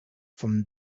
from